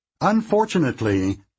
Unfortunately